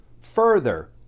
further